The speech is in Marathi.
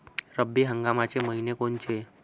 रब्बी हंगामाचे मइने कोनचे?